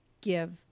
give